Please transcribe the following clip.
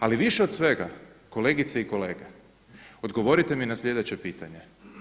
Ali više od svega kolegice i kolege, odgovorite mi na sljedeće pitanje.